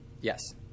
Yes